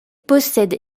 possède